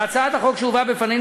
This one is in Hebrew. בהצעת החוק שהובאה בפנינו,